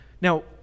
Now